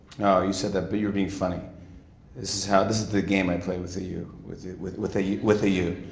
oh, you said that. but you were being funny. this is how, this is the game i play with a you. with with a you. with a you.